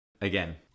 Again